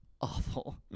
awful